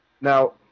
Now